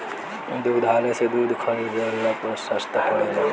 दुग्धालय से दूध खरीदला पर सस्ता पड़ेला?